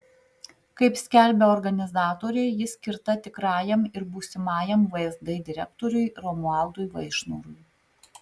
kaip skelbia organizatoriai ji skirta tikrajam ir būsimajam vsd direktoriui romualdui vaišnorui